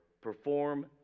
perform